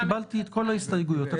קיבלתי את כל ההסתייגויות.